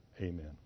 Amen